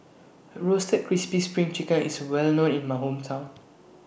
Roasted Crispy SPRING Chicken IS Well known in My Hometown